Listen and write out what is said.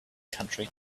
country